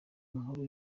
inkuru